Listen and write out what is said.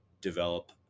develop